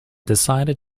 decided